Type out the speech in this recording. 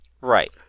right